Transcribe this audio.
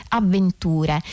avventure